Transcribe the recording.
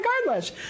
regardless